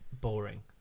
Boring